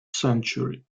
century